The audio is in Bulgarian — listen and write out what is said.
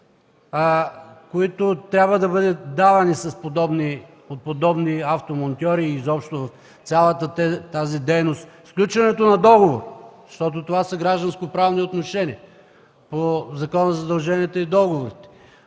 които трябва да бъдат давани от подобни автомонтьори и изобщо цялата тази дейност. Сключването на договор, защото това са гражданско-правни отношения по Закона за задълженията и договорите;